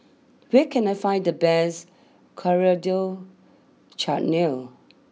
where can I find the best Coriander Chutney